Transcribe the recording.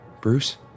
Bruce